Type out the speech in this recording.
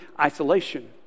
isolation